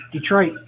Detroit